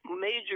major